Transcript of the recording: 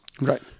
Right